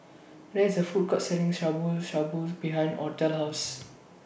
There IS A Food Court Selling Shabu Shabu behind Othel's House